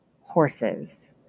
horses